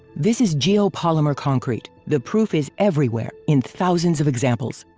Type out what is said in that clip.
this is geopolymer concrete. the proof is everywhere in thousands of examples.